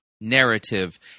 narrative